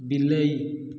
ବିଲେଇ